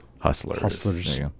Hustlers